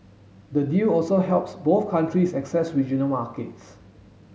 the deal also helps both countries access regional markets